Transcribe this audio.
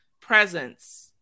presence